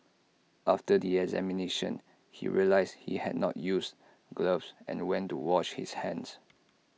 after the examination he realised he had not used gloves and went to wash his hands